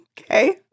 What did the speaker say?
Okay